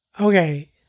okay